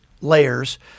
layers